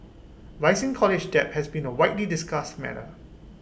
rising college debt has been A widely discussed matter